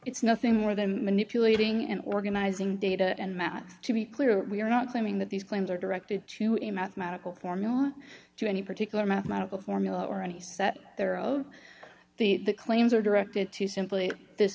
it's nothing more than manipulating and organizing data and math to be clear we are not claiming that these claims are directed to a mathematical formula to any particular mathematical formula or any set there oh the claims are directed to simply this